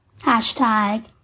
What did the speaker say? Hashtag